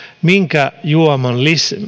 minkä juoman